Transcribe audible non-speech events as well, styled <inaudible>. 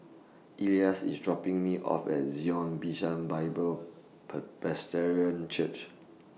Elias IS dropping Me off At Zion Bishan Bible <unintelligible> Church